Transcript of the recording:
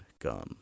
gun